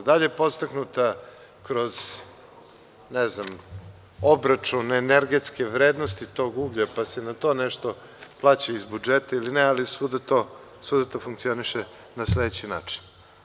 Da li je podstaknuta kroz, ne znam, obračun energetske vrednosti tog uglja, pa se na to nešto plaća iz budžeta ili ne, ali svuda to funkcioniše na sledeći način.